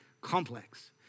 complex